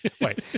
wait